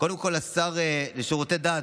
קודם כול לשר לשירותי דת